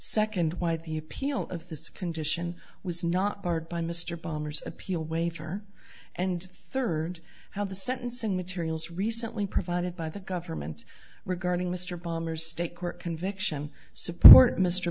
second why the appeal of this condition was not barred by mr bomber's appeal wafer and third how the sentencing materials recently provided by the government regarding mr palmer state court conviction support mr